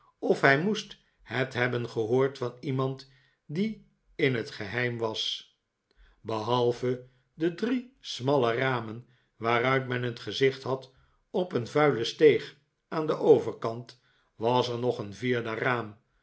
of hij moest het hebben gehoord van iemand die in het geheim was behalve de drie smalle ramen waaruit men het gezicht had op een vuile steeg aan den overkant was er nog een vierde